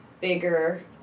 bigger